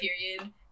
period